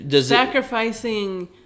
sacrificing